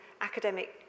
academic